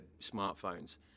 smartphones